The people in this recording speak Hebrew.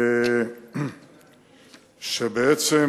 בעצם,